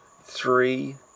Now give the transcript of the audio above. three